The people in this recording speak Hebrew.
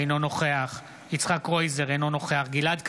אינו נוכח יצחק קרויזר, אינו נוכח גלעד קריב,